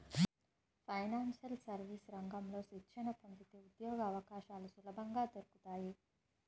financial services రంగంలో శిక్షణ పొందితే ఉద్యోగవకాశాలు సులభంగా దొరుకుతాయి